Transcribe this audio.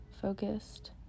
focused